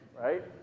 Right